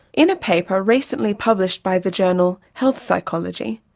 in a paper recently published by the journal health psychology,